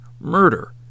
murder